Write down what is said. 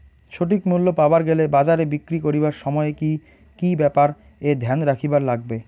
সঠিক মূল্য পাবার গেলে বাজারে বিক্রি করিবার সময় কি কি ব্যাপার এ ধ্যান রাখিবার লাগবে?